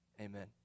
Amen